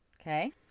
Okay